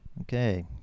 Okay